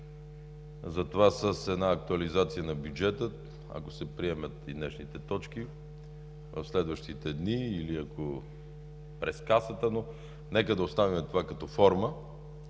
Затова с една актуализация на бюджета, ако се приемат и днешните точки, в следващите дни, или ако през Касата, но нека да оставим това като форма.